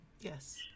yes